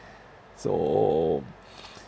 so